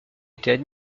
étaient